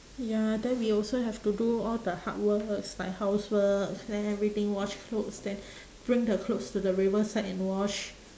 ya then we also have to do all the hard works like housework then everything wash clothes then bring the clothes to the riverside and wash